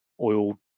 oil